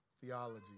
theology